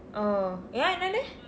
oh ah என்னது:ennathu